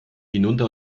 hinunter